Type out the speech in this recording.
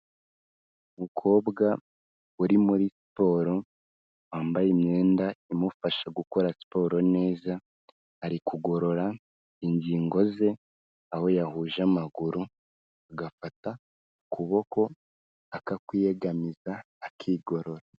Umukobwa uri muri siporo, wambaye imyenda imufasha gukora siporo neza, ari kugorora ingingo ze, aho yahuje amaguru agafata ukuboko akakwiyegamiza akigorora.